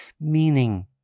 Meaning